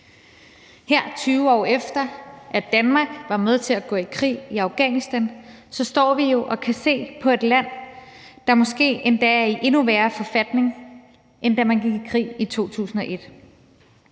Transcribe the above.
Her 20 år efter at Danmark var med til at gå i krig i Afghanistan, står vi jo og kan se på et land, der måske endda er i endnu værre forfatning, end da man gik i krig i 2001.